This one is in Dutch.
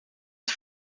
het